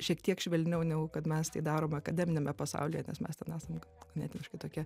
šiek tiek švelniau negu kad mes tai darom akademiniame pasaulyje nes mes ten esam ganėtiniškai tokie